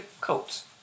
coats